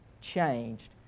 changed